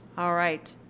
all right.